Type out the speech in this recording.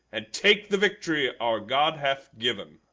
and take the victory our god hath given.